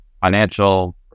financial